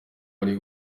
bari